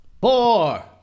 Four